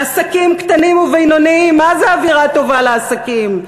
עסקים קטנים ובינוניים, מה זה אווירה טובה לעסקים?